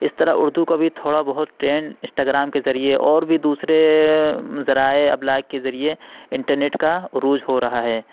اِس طرح اُردو کو بھی تھوڑا بہت ٹرینڈ انسٹا گرام کے ذریعے اور بھی دوسرے ذرائع ابلاغ کے ذریعے انٹرنیٹ کا عروج ہو رہا ہے